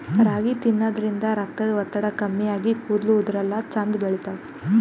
ರಾಗಿ ತಿನ್ನದ್ರಿನ್ದ ರಕ್ತದ್ ಒತ್ತಡ ಕಮ್ಮಿ ಆಗಿ ಕೂದಲ ಉದರಲ್ಲಾ ಛಂದ್ ಬೆಳಿತಾವ್